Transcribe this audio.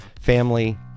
family